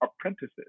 apprentices